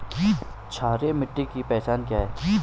क्षारीय मिट्टी की पहचान क्या है?